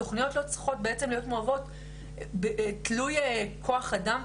התוכניות בעצם לא צריכות להיות מועברות תלוי כוח אדם,